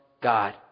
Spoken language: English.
God